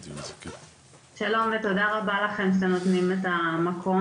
יש אנשים שנכנסו לתוכנית, נמצאים בתוכנית, הסתמכו